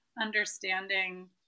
understanding